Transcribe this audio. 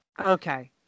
Okay